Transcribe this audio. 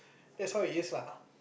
that's how it is lah